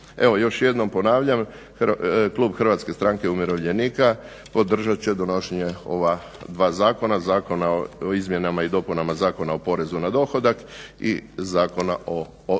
Evo, još jednom ponavljam klub HSU-a podržat će donošenje ova dva zakona, Zakon o izmjenama i dopunama Zakona o porezu na dohodak i Zakona o doprinosima.